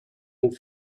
and